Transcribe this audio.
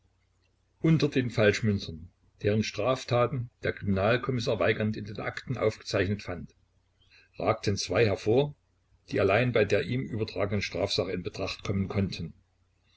unter den falschmünzern deren straftaten der kriminalkommissar weigand in den akten aufgezeichnet fand ragten zwei hervor die allein bei der ihm übertragenen strafsache in betracht kommen konnten